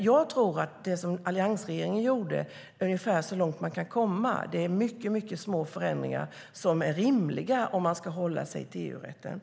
Jag tror att det som alliansregeringen gjorde är ungefär så långt man kan komma. Det är mycket små förändringar, som är rimliga om man ska hålla sig till EU-rätten.